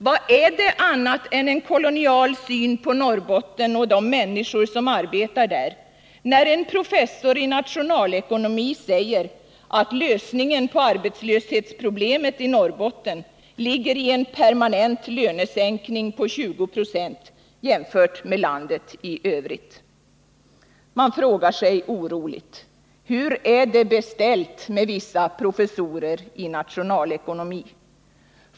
Vad är det annat än en kolonial syn på Norrbotten och de människor som arbetar där när en professor i nationalekonomi säger att lösningen på arbetslöshetsproblemet i Norrbotten ligger i en permanent lönesänkning på 20 20 jämfört med landet i övrigt? Man frågar sig oroligt: Hur är det beställt med vissa professorer i nationalekonomi?